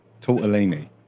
Tortellini